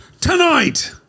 Tonight